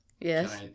Yes